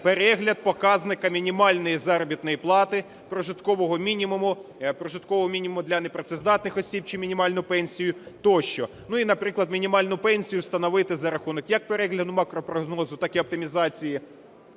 перегляд показника мінімальної заробітної плати, прожиткового мінімуму, прожиткового мінімуму для непрацездатних осіб чи мінімальну пенсію тощо. І наприклад, мінімальну пенсію встановити за рахунок, як перегляду макропрогнозу, так і оптимізації